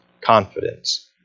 Confidence